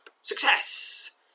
Success